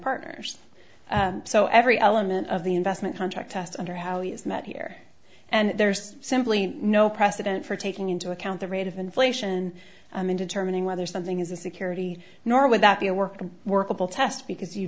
partners so every element of the investment contract test under how is met here and there's simply no precedent for taking into account the rate of inflation in determining whether something is a security nor would that be a working workable test because you